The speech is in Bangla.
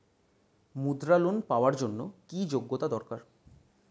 মুদ্রা লোন পাওয়ার জন্য কি যোগ্যতা দরকার?